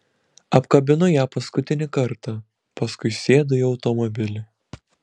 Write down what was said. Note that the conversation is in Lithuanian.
apkabinu ją paskutinį kartą paskui sėdu į automobilį